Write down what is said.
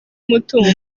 umutungo